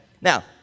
now